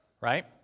right